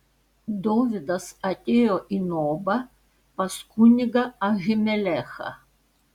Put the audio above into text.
dovydas atėjo į nobą pas kunigą ahimelechą